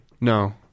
no